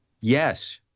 Yes